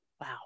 wow